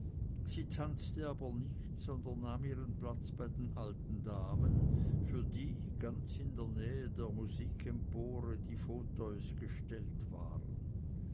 sie tanzte aber nicht sondern nahm ihren platz bei den alten damen für die ganz in der nähe der musikempore die fauteuils gestellt waren